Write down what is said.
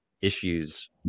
issues